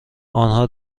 آنها